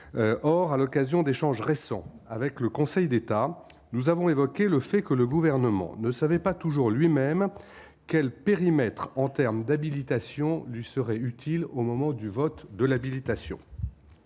or, à l'occasion d'échange récent avec le Conseil d'État, nous avons évoqué le fait que le gouvernement ne savait pas toujours lui-même quel périmètre en terme d'habilitation lui serait utile au moment du vote de l'habilitation.